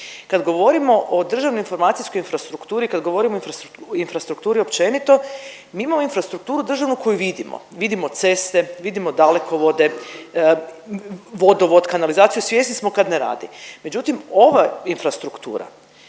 Kad govorimo o državnoj informacijskoj infrastrukturi, kad govorimo o infrastrukturi općenito, mi imamo infrastrukturu državnu koju vidimo. Vidimo ceste, vidimo dalekovode, vodovod, kanalizaciju svjesni smo kad ne rade. Međutim, ova infrastruktura